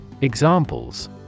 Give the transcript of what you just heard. Examples